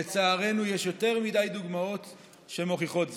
לצערנו, יש יותר מדי דוגמאות שמוכיחות זאת.